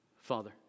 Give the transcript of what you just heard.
Father